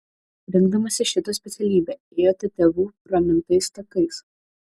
rinkdamasi šitą specialybę ėjote tėvų pramintais takais